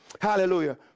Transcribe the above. Hallelujah